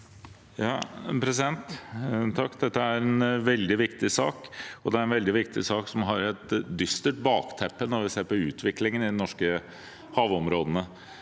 (V) Dette er en veldig vik- tig sak – det er en veldig viktig sak som har et dystert bakteppe, når vi ser på utviklingen i de norske havområdene.